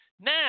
Now